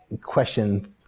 question